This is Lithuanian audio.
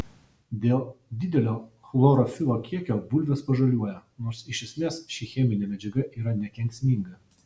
dėl didelio chlorofilo kiekio bulvės pažaliuoja nors iš esmės ši cheminė medžiaga yra nekenksminga